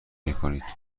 میکنید